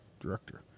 Director